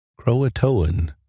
Croatoan